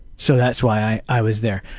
so that's why i was there.